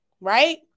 right